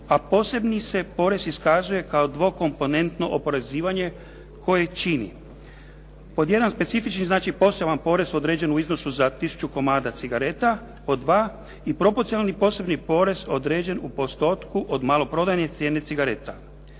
a posebni se porez iskazuje kao dvokomponentno oporezivanje koje čini. Pod 1. specifični, znači poseban porez određen u iznosu za tisuću komada cigareta. Pod 2. i propocionalni posebni porez određen u postotku od maloprodajne cijene cigareta.